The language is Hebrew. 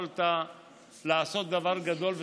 יכולת לעשות דבר גדול,